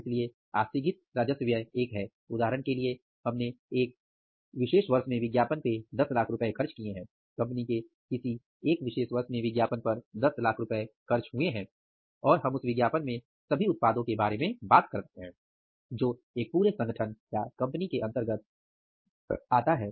इसलिए आस्थगित राजस्व व्यय एक है उदाहरण के लिए हमने एक विशेष वर्ष में विज्ञापन पर 1000000 रुपये खर्च किए हैं कंपनी के किसी एक विशेष वर्ष में विज्ञापन पर 1000000 रुपये खर्च हुए हैं और हम उस विज्ञापन में सभी उत्पादों के बारे में बात कर रहे हैं या जो एक पूरे संगठन या कंपनी के अंतर्गत आता है